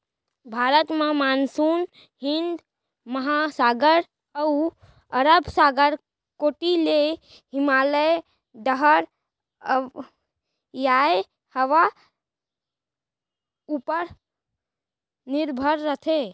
भारत म मानसून हिंद महासागर अउ अरब सागर कोती ले हिमालय डहर अवइया हवा उपर निरभर रथे